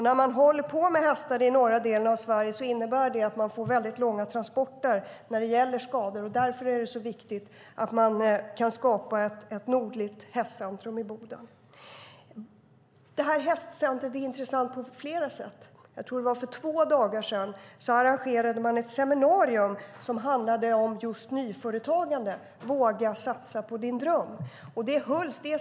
När man håller på med hästar i norra delen av Sverige innebär det att man får långa transporter när det gäller skador. Därför är det så viktigt att man kan skapa ett nordligt hästcentrum i Boden. Hästcentrumet är intressant på flera sätt. För två dagar sedan, tror jag att det var, arrangerades ett seminarium som handlade om nyföretagande: Våga satsa på din dröm!